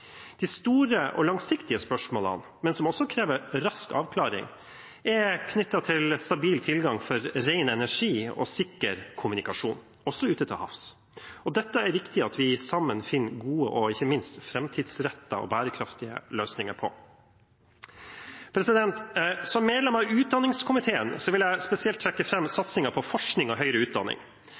De store og langsiktige spørsmålene, som også krever rask avklaring, er knyttet til stabil tilgang på ren energi og sikker kommunikasjon, også ute til havs. Dette er det viktig at vi sammen finner gode og ikke minst framtidsrettete og bærekraftige løsninger for. Som medlem av utdanningskomiteen vil jeg spesielt trekke fram satsingen på forskning og høyere utdanning.